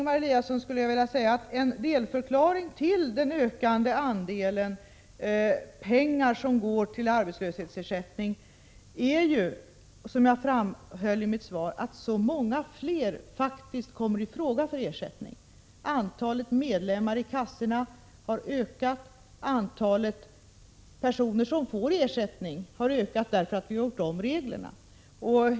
Vidare vill jag säga till Ingemar Eliasson att en delförklaring till den ökande andelen pengar till arbetslöshetsersättning är, som jag framhöll i mitt svar, att så många fler faktiskt kommer i fråga för ersättning. Antalet medlemmar i arbetslöshetskassorna har ökat, antalet personer som får ersättning har ökat därför att vi har ändrat reglerna.